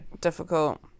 difficult